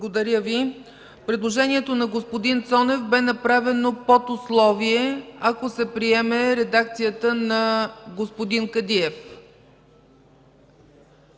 не е прието. Предложението на господин Цонев бе направено под условие – ако се приеме редакцията на господин Кадиев.